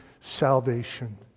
salvation